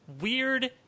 weird